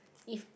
if